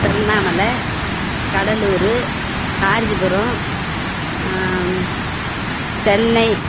Tiruvannamalai Cuddalore Kanchipuram Chennai